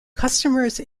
customers